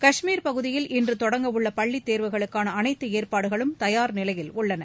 கஷ்மீர் பகுதியில் இன்று தொடங்கவுள்ள பள்ளித் தேர்வுகளுக்காள அளைத்து ஏற்பாடுகளும் தயார் நிலையில் உள்ளன